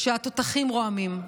כשהתותחים רועמים.